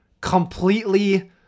completely